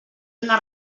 una